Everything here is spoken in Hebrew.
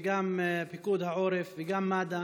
פיקוד העורף וגם מד"א